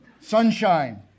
sunshine